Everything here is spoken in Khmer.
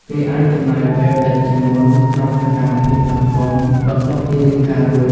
គេអាចចំណាយពេលតិចជាងមុនក្នុងសកម្មភាពសង្គម បន្ទាប់ពីរៀបការរួច។